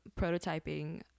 prototyping